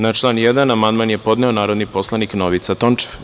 Na član 1. amandman je podneo narodni poslanik Novica Tončev.